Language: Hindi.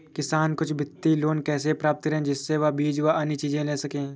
किसान कुछ वित्तीय लोन कैसे प्राप्त करें जिससे वह बीज व अन्य चीज ले सके?